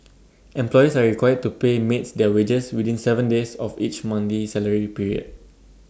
employers are required to pay maids their wages within Seven days of each monthly salary period